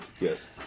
yes